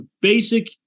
basic